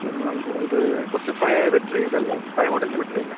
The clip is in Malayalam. എന്നും ഓ ഇത് കുറച്ച് പഴയ ബാറ്ററി ഇതല്ലേ പഴയ മോഡൽ ബാറ്ററി അല്ലേ